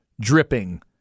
Dripping